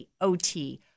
OT